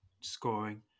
scoring